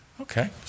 Okay